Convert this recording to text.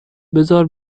بزار